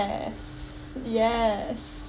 yes yes